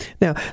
Now